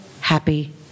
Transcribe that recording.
happy